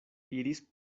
iris